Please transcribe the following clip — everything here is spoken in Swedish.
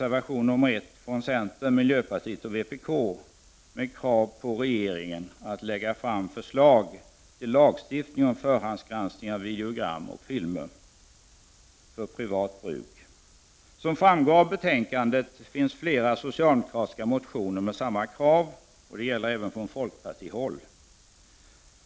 15 november 1989 I det betänkande vi nu diskuterar finns en gemensam reservation. Det är deogram och filmer för privat bruk. Som framgår av betänkandet finns flera socialdemokratiska motioner med samma krav, och det finns även motioner från folkpartiet.